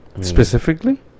Specifically